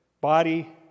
body